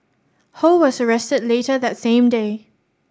ho was arrested later that same day